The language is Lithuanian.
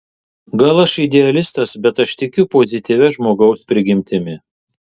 gal aš idealistas bet aš tikiu pozityvia žmogaus prigimtimi